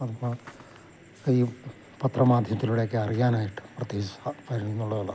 അത് ഇപ്പം കഴിയും പത്ര മാധ്യത്തിലൂടെയൊക്കെ അറിയാനായിട്ട് പ്രത്യേകിച്ചു പരിമിതി ഉള്ളതല്ല